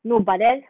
no but then